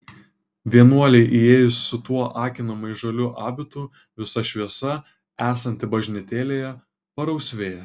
vienuolei įėjus su tuo akinamai žaliu abitu visa šviesa esanti bažnytėlėje parausvėja